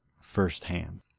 firsthand